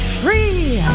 free